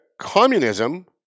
communism